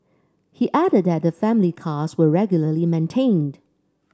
he added that the family cars were regularly maintained